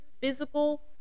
physical